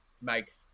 make